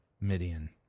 Midian